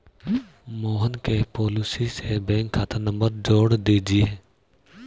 मोहन के पॉलिसी से बैंक खाता नंबर जोड़ दीजिए